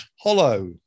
Hollow